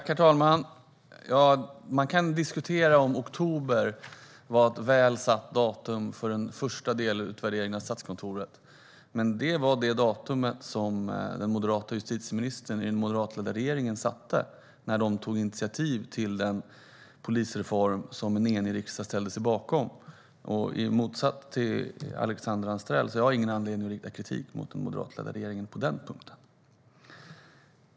Herr talman! Man kan diskutera om oktober var ett väl satt datum för den första delen av Statskontorets utvärdering. Men det var det datum som den moderata justitieministern i den moderatledda regeringen satte när man tog initiativ till den polisreform som en enig riksdag ställde sig bakom. I motsats till Alexandra Anstrell har jag ingen anledning att rikta kritik mot den moderatledda regeringen på den punkten.